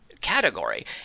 category